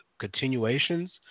continuations